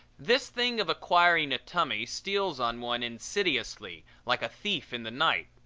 this thing of acquiring a tummy steals on one insidiously, like a thief in the night.